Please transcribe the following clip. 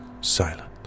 silent